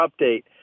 update